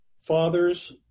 fathers